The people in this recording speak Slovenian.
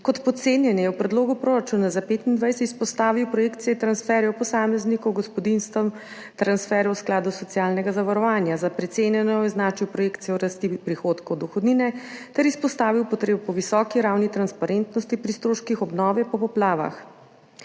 Kot podcenjene je v predlogu proračuna za 2025 izpostavil projekcije transferjev posameznikom, gospodinjstvom, transferje v skladu socialnega zavarovanja, za precenjeno je označil projekcijo rasti prihodkov od dohodnine ter izpostavil potrebo po visoki ravni transparentnosti pri stroških obnove po poplavah.